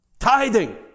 Tithing